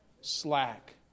Slack